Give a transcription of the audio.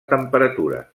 temperatura